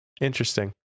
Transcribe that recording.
Interesting